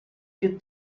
più